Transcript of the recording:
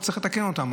צריך לתקן אותם,